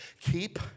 keep